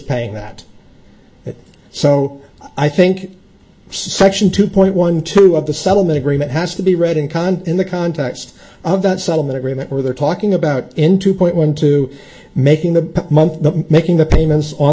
paying that it so i think section two point one two of the settlement agreement has to be read in con in the context of that settlement agreement or they're talking about in two point one two making the month making the payments on